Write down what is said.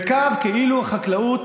קו כאילו החקלאות